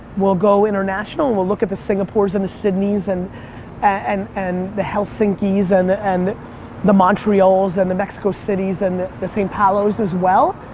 we'll go international. we'll look at the singapore's and the sydney's and and the helsinki's and the and the montreal's and the mexico cities' and the the sao paulo's as well.